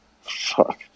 Fuck